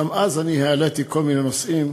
גם אז אני העליתי כל מיני נושאים.